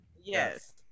Yes